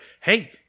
hey